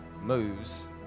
moves